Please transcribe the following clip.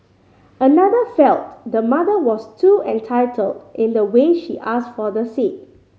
another felt the mother was too entitled in the way she asked for the seat